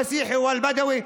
הנוצרי והבדואי,